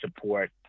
support